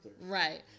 Right